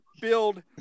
build